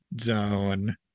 zone